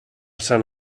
sant